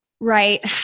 Right